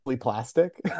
plastic